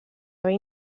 haver